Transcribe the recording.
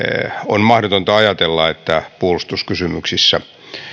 on mahdotonta ajatella että puolustuskysymyksissä